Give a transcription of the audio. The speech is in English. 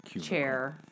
chair